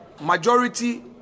majority